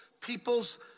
people's